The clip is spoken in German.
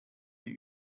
die